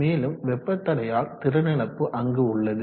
மேலும் வெப்ப தடையால் திறனிழப்பு அங்கு உள்ளது